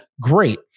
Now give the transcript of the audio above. great